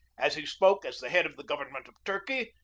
as he spoke as the head of the government of turkey,